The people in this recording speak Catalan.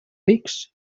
rics